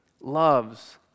loves